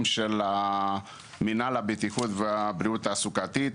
של מנהל הבטיחות והבריאות התעסוקתית.